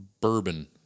Bourbon